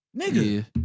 Nigga